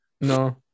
No